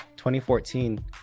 2014